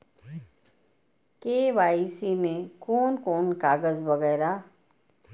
KYC में कोन कोन कागज वगैरा?